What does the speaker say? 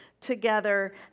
together